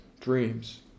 Dreams